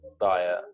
diet